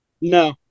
No